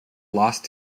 lost